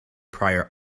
prior